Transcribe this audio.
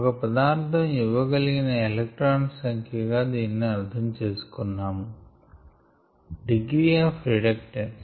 ఒక పదార్ధం ఇవ్వగలిగిన ఎలక్ట్రాన్స్ సంఖ్య గా దీని అర్ధం చేసుకున్నాము డిగ్రీ ఆఫ్ రీడక్టన్స్